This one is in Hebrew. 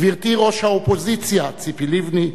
גברתי ראש האופוזיציה ציפי לבני,